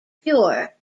pure